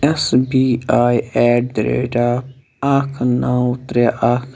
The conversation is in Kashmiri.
S B I at the rate of اَکھ نَو ترٛےٚ اَکھ